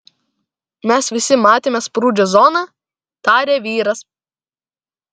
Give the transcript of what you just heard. mes visi matėme sprūdžio zoną tarė vyras